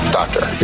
doctor